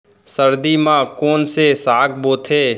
सर्दी मा कोन से साग बोथे?